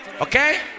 Okay